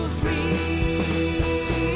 free